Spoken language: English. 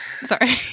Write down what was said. Sorry